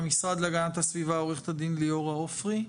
מהמשרד להגנת הסביבה עורכת הדין ליאורה עופרי,